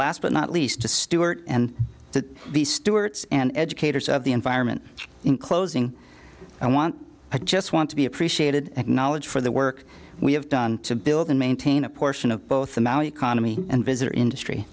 last but not least to stewart and to be stewards and educators of the environment in closing i want i just want to be appreciated acknowledged for the work we have done to build and maintain a portion of both the maui economy and visitor industry